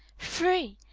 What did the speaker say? free!